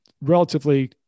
relatively